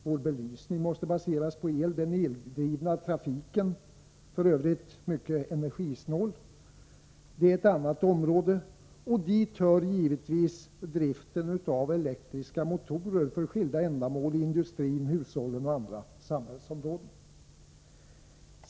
Vår belysning måste baseras på el, den eldrivna trafiken — f. ö. mycket energisnål — är ett annat område, och hit hör givetivs driften av elektriska motorer för skilda ändamål i industrin, i hushållen och på andra samhällsområden.